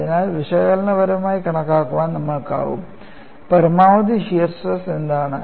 അതിനാൽ വിശകലനപരമായി കണക്കാക്കാൻ നമ്മൾക്കാകും പരമാവധി ഷിയർ സ്ട്രെസ് എന്താണ്